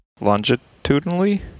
longitudinally